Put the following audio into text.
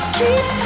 keep